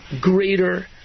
greater